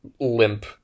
limp